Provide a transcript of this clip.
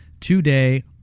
today